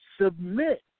submit